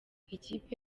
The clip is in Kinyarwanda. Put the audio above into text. ikipe